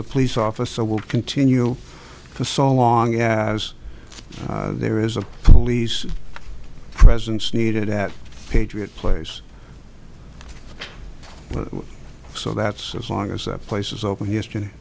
the police officer will continue to saw long as there is a police presence needed at patriot place so that's as long as places open yesterday